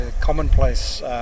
commonplace